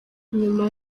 nyuma